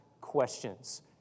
questions